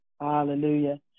Hallelujah